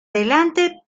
delante